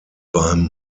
beim